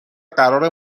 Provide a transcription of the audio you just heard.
قرار